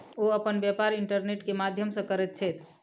ओ अपन व्यापार इंटरनेट के माध्यम से करैत छथि